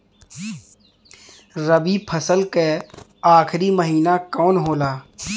रवि फसल क आखरी महीना कवन होला?